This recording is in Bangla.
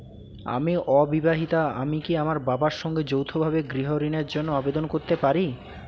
আমি অবিবাহিতা আমি কি আমার বাবার সঙ্গে যৌথভাবে গৃহ ঋণের জন্য আবেদন করতে পারি?